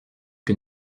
que